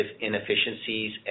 inefficiencies